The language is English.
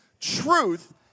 truth